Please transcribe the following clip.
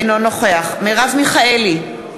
אינו נוכח מרב מיכאלי,